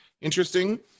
interesting